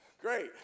great